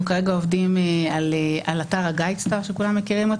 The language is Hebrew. אנחנו כרגע עובדים על אתר הגיידסטאר שכולם מכירים.